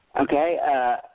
Okay